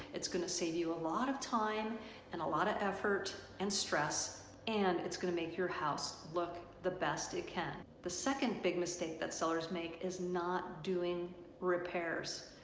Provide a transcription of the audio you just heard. going to save you a lot of time and a lot of effort and stress and it's gonna make your house look the best it can. the second big mistake that sellers make is not doing repairs.